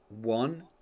one